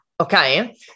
okay